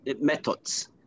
methods